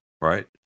right